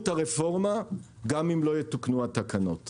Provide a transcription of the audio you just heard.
הרפורמה גם אם לא יתוקנו התקנות חלילה.